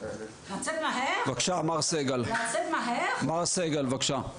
מר סגל, בבקשה.